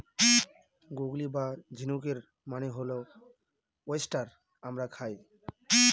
গুগলি বা ঝিনুকের মানে হল ওয়েস্টার আমরা খাই